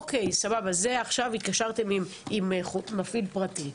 אוקיי, התקשרתם עכשיו עם מפעיל פרטי.